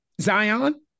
Zion